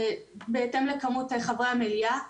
בהתאם לכמות חברי המליאה.